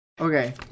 Okay